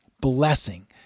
Blessing